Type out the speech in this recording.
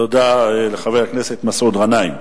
תודה לחבר הכנסת מסעוד גנאים.